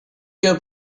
your